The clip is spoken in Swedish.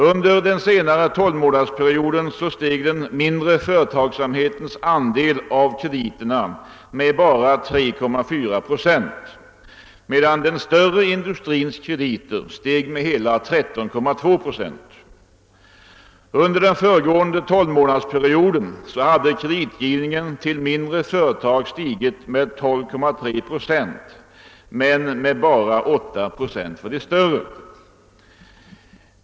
Under den senare tolvmånadersperioden steg den mindre företagsamhetens andel av krediterna med bara 3,4 procent, medan den större industrins krediter steg med hela 13,2 procent. Under den föregående tolvmånadersperioden hade kreditgivningen till mindre företag stigit med 12,3 procent men med bara 8 procent för de större.